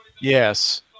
Yes